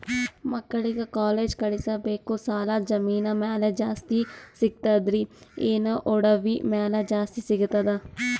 ಮಕ್ಕಳಿಗ ಕಾಲೇಜ್ ಕಳಸಬೇಕು, ಸಾಲ ಜಮೀನ ಮ್ಯಾಲ ಜಾಸ್ತಿ ಸಿಗ್ತದ್ರಿ, ಏನ ಒಡವಿ ಮ್ಯಾಲ ಜಾಸ್ತಿ ಸಿಗತದ?